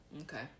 okay